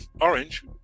Orange